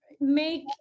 make